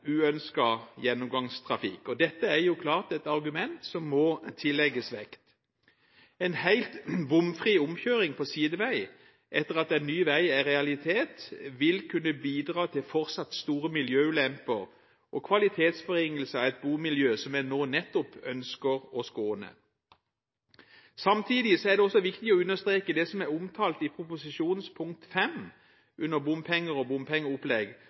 gjennomgangstrafikk. Dette er klart et argument som må tillegges vekt. En helt bomfri omkjøring på sidevei, etter at en ny vei er en realitet, vil kunne bidra til fortsatt store miljøulemper og kvalitetsforringelse av et bomiljø som en nå nettopp ønsker å skåne. Samtidig er det også viktig å understreke det som er omtalt i proposisjonens pkt. 5 under Bompenger og bompengeopplegg,